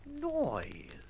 Noise